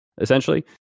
essentially